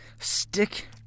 stick